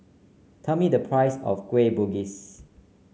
tell me the price of Kueh Bugis